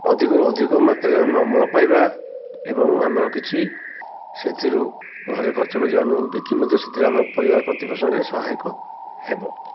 ଅଧିକରୁ ଅଧିକ ମାତ୍ରାରେ ଆମେ ଅମଳ ପାଇବା ଏବଂ ଆମର କିଛି ସେଥିରୁ ଘରେ ଖର୍ଚ୍ଚ କରି ଅନ୍ୟକୁ ବିକି ମଧ୍ୟ ସେଥିରେ ଆମ ପରିବାର ପ୍ରତିପୋଷଣରେ ସହାୟକ ହେବ